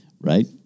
right